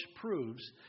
proves